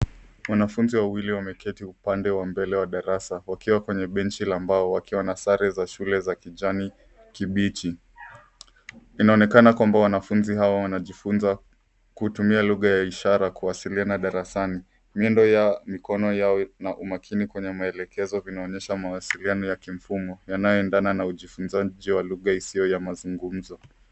Wanafunzi wawili wameketi upande wa mbele wa darasa wakiwa kwenye benchi la mbao wakiwa na sare za shule za kijani kibichi. Inaonekana kwamba wanafunzi hao wanajifunza kutumia lugha ya ishara kuwasiliana darasani. Miendo yao, mikono yao na umakini kwenye maelekezo vinaonyesha mawasiliano ya kimfumo yanyoendana na ujifunzaji wa lugha isiyo ya mazungumzo.